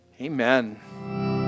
Amen